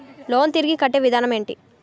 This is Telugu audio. లోన్ తిరిగి కట్టే విధానం ఎంటి?